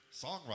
songwriter